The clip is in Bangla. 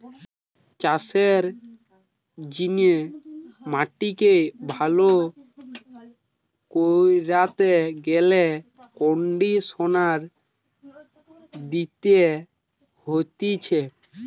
চাষের জিনে মাটিকে ভালো কইরতে গেলে কন্ডিশনার দিতে হতিছে